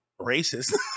racist